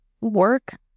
work